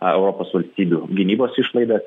europos valstybių gynybos išlaidas